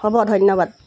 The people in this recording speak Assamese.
হ'ব ধন্যবাদ